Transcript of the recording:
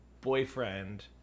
boyfriend